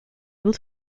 able